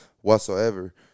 whatsoever